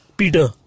Peter